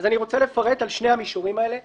אז אני רוצה לפרט על שני המישורים האלה,